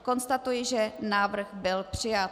Konstatuji, že návrh byl přijat.